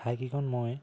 হাইকিঙত মই